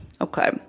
Okay